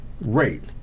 rate